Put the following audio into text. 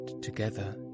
together